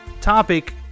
topic